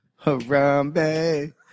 Harambe